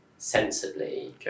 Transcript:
sensibly